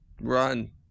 Run